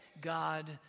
God